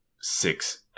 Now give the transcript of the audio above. six